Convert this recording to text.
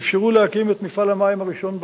אפשרו להקים את מפעל המים הראשון בנגב,